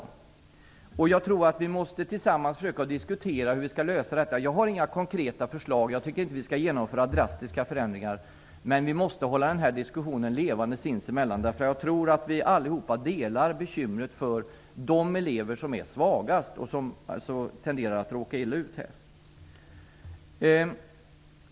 Jag tror att vi tillsammans måste diskutera hur vi skall lösa detta. Jag har inga konkreta förslag, och jag tycker inte att vi skall genomföra några drastiska förändringar. Men vi måste hålla diskussionen levande sinsemellan. Jag tror att vi alla delar bekymret för de elever som är svagast och som tenderar att råka illa ut.